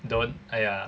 don't !aiya!